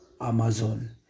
Amazon